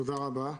תודה רבה.